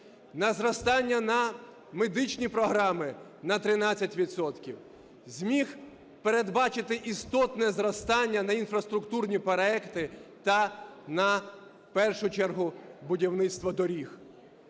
на зростання на медичні програми на 13 відсотків. Зміг передбачити істотне зростання на інфраструктурні проекти та на, в першу чергу, будівництво доріг.